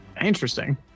interesting